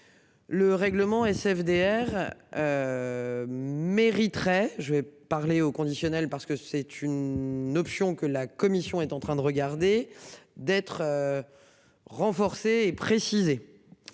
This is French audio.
Le règlement est-ce FDR. Mériterait je vais parler au conditionnel parce que c'est une option que la commission est en train de regarder d'être. Renforcées et précisées.